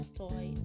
toy